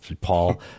paul